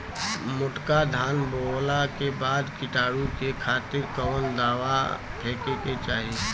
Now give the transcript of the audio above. मोटका धान बोवला के बाद कीटाणु के खातिर कवन दावा फेके के चाही?